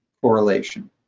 correlation